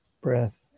breath